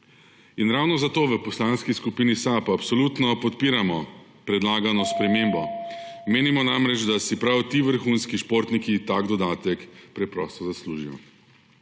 In ravno zato v Poslanski skupini SAB absolutno podpiramo predlagano spremembo. Menimo namreč, da si prav ti vrhunski športniki tak dodatek preprosto zaslužijo.